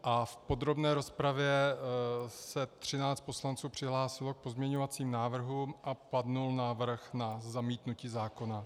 V podrobné rozpravě se třináct poslanců přihlásilo k pozměňovacím návrhům a padl návrh na zamítnutí zákona.